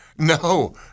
No